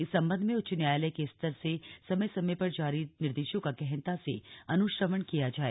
इस सम्बन्ध में उच्च न्यायालय के स्तर से समय समय पर जारी निर्देशों का गहनता से अनुश्रवण किया जाए